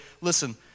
listen